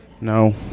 No